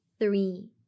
three